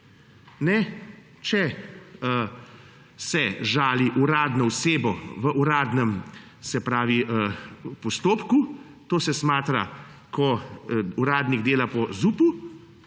ne, če se žali uradno osebo v uradnem postopku, to se smatra, ko uradnik dela po ZUP-u,